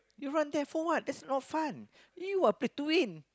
you run there for what that's not fun you are play doing